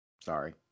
Sorry